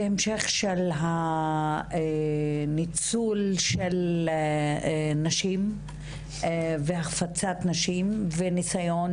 זה המשך של הניצול של נשים והחפצת נשים וניסיון